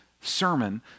sermon